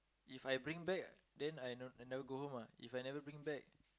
If I bring back then I never go home what If I never bring bag